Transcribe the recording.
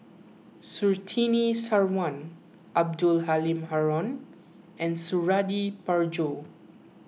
Surtini Sarwan Abdul Halim Haron and Suradi Parjo